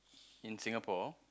in Singapore